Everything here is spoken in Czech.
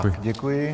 Tak děkuji.